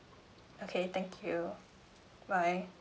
okay thank you bye